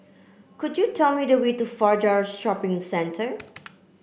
could you tell me the way to Fajar Shopping Centre